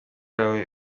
yawe